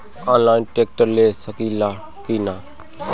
Online tractor ले सकीला कि न?